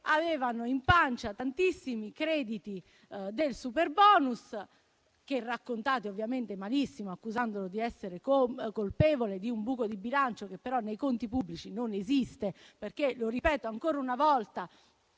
avevano in pancia tantissimi crediti del superbonus, strumento che raccontate ovviamente malissimo, accusandolo di essere colpevole di un buco di bilancio che però nei conti pubblici non esiste. Ribadisco ancora una volta